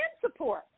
support